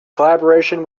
collaboration